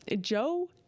Joe